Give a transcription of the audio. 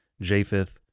Japheth